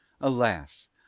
Alas